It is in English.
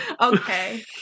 Okay